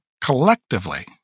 collectively